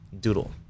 doodle